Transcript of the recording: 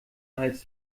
als